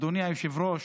אדוני היושב-ראש,